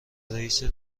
رئیست